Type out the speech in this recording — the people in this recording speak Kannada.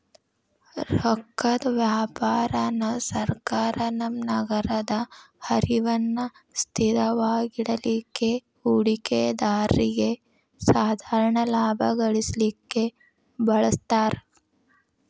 ರೊಕ್ಕದ್ ವ್ಯಾಪಾರಾನ ಸರ್ಕಾರ ತಮ್ಮ ನಗದ ಹರಿವನ್ನ ಸ್ಥಿರವಾಗಿಡಲಿಕ್ಕೆ, ಹೂಡಿಕೆದಾರ್ರಿಗೆ ಸಾಧಾರಣ ಲಾಭಾ ಗಳಿಸಲಿಕ್ಕೆ ಬಳಸ್ತಾರ್